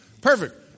perfect